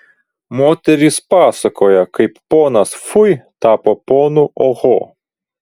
moterys pasakoja kaip ponas fui tapo ponu oho